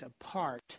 apart